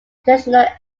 international